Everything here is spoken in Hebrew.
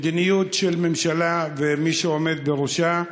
מדיניות של ממשלה ומי שעומד בראשה,